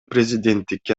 президенттикке